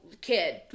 kid